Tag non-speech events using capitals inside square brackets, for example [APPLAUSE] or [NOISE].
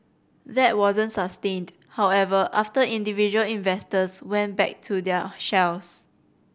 that wasn't sustained however after individual investors went back to their [NOISE] shells